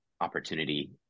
opportunity